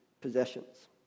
possessions